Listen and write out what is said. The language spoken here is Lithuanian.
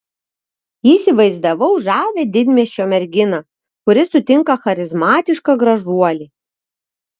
įsivaizdavau žavią didmiesčio merginą kuri sutinka charizmatišką gražuolį